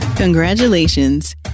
Congratulations